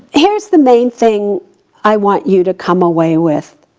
here's the main thing i want you to come away with.